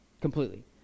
Completely